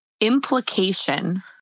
Implication